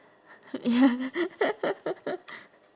ya